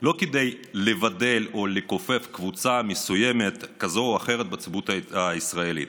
לא כדי לבדל או לכופף קבוצה מסוימת כזאת או אחרת בציבוריות הישראלית,